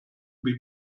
wie